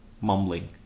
mumbling